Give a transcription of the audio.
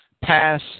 pass